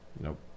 Nope